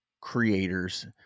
creators